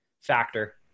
factor